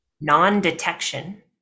non-detection